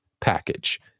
package